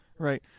Right